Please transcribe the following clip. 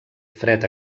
fred